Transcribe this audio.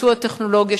ייצוא הטכנולוגיה,